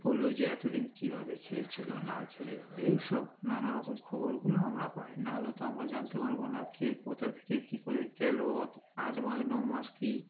বলল যে এতদিন কীভাবে খেয়ে ছিল না খেয়ে এইসব নানা রকম খবরগুলো আমরা পাই না হলে তো আমরা জানতে পারব না কে কোথা থেকে কী করে গেল অত আট মাস ন মাস কী